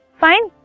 fine